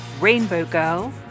rainbowgirl